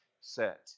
set